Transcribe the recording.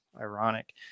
ironic